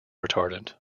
retardant